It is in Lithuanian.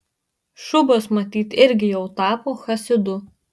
šubas matyt irgi jau tapo chasidu